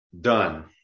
Done